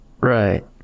Right